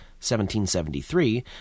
1773